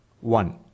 one